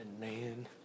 man